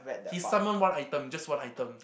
he summon one item just one item